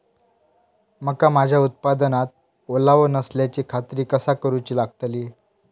मका माझ्या उत्पादनात ओलावो नसल्याची खात्री कसा करुची लागतली?